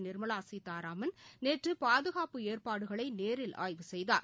நிர்மலா சீதாராமன் நேற்று பாதுகாப்பு ஏற்பாடுகளை நேரில் ஆய்வு செய்தார்